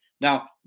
Now